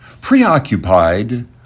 Preoccupied